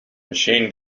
machine